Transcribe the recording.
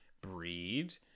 breed